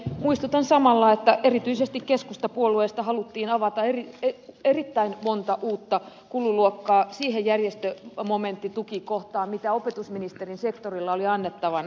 muistutan samalla että erityisesti keskustapuolueesta haluttiin avata erittäin monta uutta kululuokkaa siihen järjestömomenttitukikohtaan mitä opetusministeriön sektorilla oli annettavana